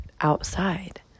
outside